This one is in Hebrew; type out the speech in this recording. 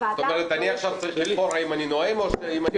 הוועדה --- זאת אומרת אני צריך עכשיו לבחור האם אני נואם או --- כן,